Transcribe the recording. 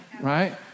Right